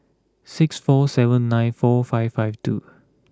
six four seven nine four five five two